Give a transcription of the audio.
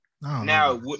Now